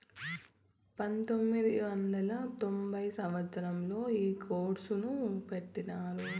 పంతొమ్మిది వందల తొంభై సంవచ్చరంలో ఈ కోర్సును పెట్టినారు